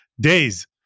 days